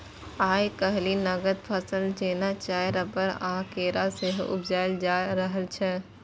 आइ काल्हि नगद फसल जेना चाय, रबर आ केरा सेहो उपजाएल जा रहल छै